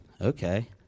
okay